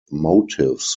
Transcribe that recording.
motives